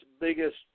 biggest